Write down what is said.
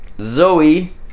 Zoe